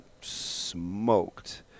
smoked